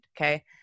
okay